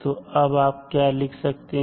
तो अब आप क्या लिख सकते हैं